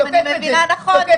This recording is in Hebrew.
אם אני מבינה נכון,